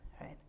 right